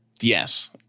Yes